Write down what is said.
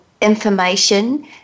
information